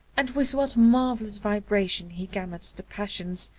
and with what marvellous vibration he gamuts the passions,